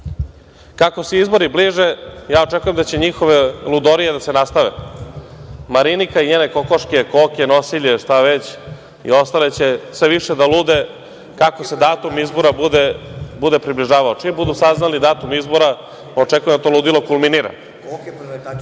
se izbori bliže, ja očekujem da će njihove ludorije da se nastave. Marinika i njene kokoške, koke nosilje, šta već, i ostale će sve više da lude kako se datum izbora bude približavao. Čim budu saznali datum izbora, očekujem da to ludilo kulminira.